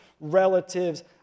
relatives